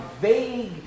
vague